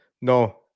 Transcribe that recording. no